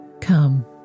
come